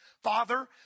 Father